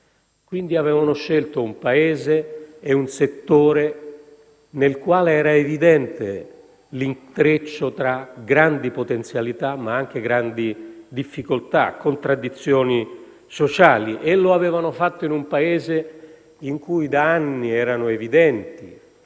essi avevano scelto un Paese e un settore nel quale era evidente l'intreccio tra grandi potenzialità, ma anche grandi difficoltà e contraddizioni sociali. E avevano fatto questa scelta in un Paese in cui da anni erano evidenti,